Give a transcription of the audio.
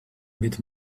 bit